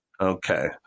Okay